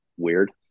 weird